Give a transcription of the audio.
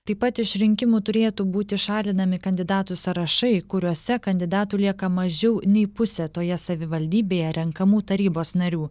taip pat iš rinkimų turėtų būti šalinami kandidatų sąrašai kuriuose kandidatų lieka mažiau nei pusė toje savivaldybėje renkamų tarybos narių